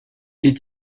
les